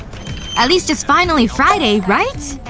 at least it's finally friday, right?